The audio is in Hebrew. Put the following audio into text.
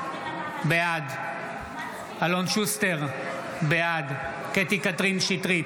בעד אלון שוסטר, בעד קטי קטרין שטרית,